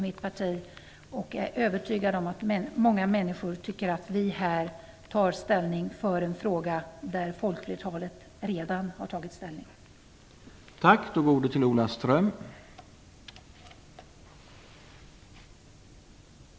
Jag är övertygad om att många människor tycker att vi här tar ställning för en fråga som folkflertalet redan har tagit ställning i.